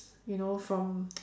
you know from